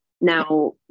Now